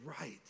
right